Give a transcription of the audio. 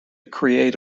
create